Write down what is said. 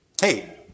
Hey